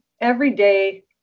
everyday